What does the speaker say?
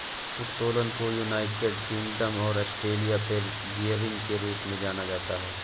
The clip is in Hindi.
उत्तोलन को यूनाइटेड किंगडम और ऑस्ट्रेलिया में गियरिंग के रूप में जाना जाता है